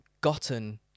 gotten